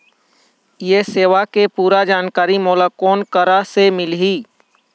ये सेवा के पूरा जानकारी मोला कोन करा से मिलही?